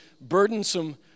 burdensome